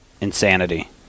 insanity